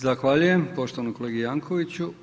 Zahvaljujem poštovanom kolegi Jankovicsu.